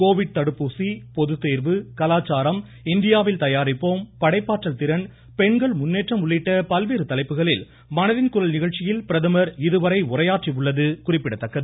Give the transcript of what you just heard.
Covid தடுப்பூசி பொதுத்தேர்வு கலாச்சாரம் இந்தியாவில் தயாரிப்போம் படைப்பாற்றல் திறன் பெண்கள் முன்னேற்றம் உள்ளிட்ட பல்வேறு தலைப்புகளில் மனதின் குரல் நிகழ்ச்சியில் பிரதமர் இதுவரை உரையாற்றியுள்ளது குறிப்பிடத்தக்கது